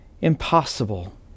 impossible